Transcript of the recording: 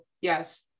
yes